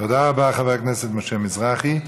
תודה רבה, חבר הכנסת משה מזרחי.